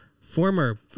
former